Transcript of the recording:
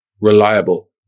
reliable